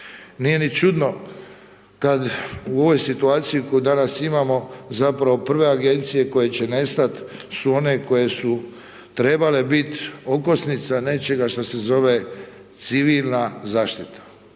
Nije ni čudno kad u ovoj situaciji koju danas imamo, zapravo prve agencije koje će nestati su one koje su trebale biti okosnica nečega što se zove civilna zaštita.